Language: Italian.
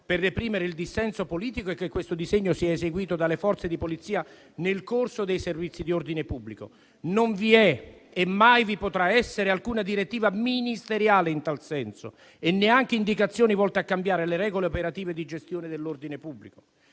per reprimere il dissenso politico e che questo disegno sia eseguito dalle Forze di polizia nel corso dei servizi di ordine pubblico. Non vi sono e mai vi potranno essere alcuna direttiva ministeriale in tal senso e neanche indicazioni volte a cambiare le regole operative di gestione dell'ordine pubblico.